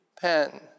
pen